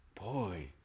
Boy